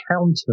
counter